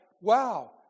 wow